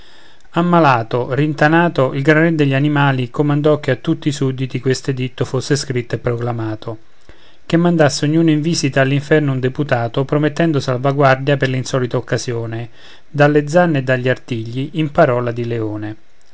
ammalato rintanato il gran re degli animali comandò che a tutti i sudditi questo editto fosse scritto e proclamato che mandasse ognuno in visita all'infermo un deputato promettendo salvaguardia per l'insolita occasione dalle zanne e dagli artigli in parola di leone